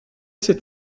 sept